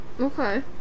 Okay